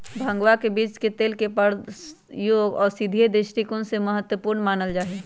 भंगवा के बीज के तेल के प्रयोग औषधीय दृष्टिकोण से महत्वपूर्ण मानल जाहई